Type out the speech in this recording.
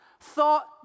thought